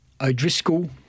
O'Driscoll